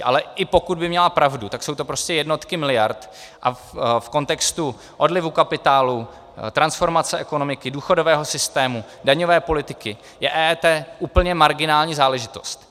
Ale i pokud by měla pravdu, tak jsou to prostě jednotky miliard a v kontextu odlivu kapitálu, transformace ekonomiky, důchodového systému, daňové politiky je EET úplně marginální záležitost.